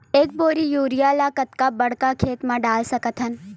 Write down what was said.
एक बोरी यूरिया ल कतका बड़ा खेत म डाल सकत हन?